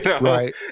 Right